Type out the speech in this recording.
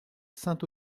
saint